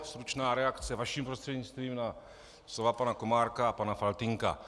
Stručná reakce vaším prostřednictvím na slova pana Komárka a pana Faltýnka.